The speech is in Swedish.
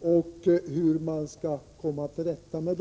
som det gäller att komma till rätta med.